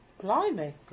Blimey